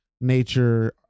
nature